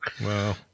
wow